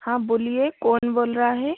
हाँ बोलिए कौन बोल रहा है